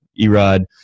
Erod